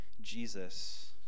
Jesus